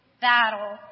battle